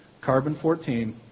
carbon-14